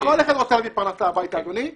כל אחד רוצה להביא פרנסה הביתה ולכן